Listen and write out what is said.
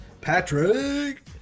Patrick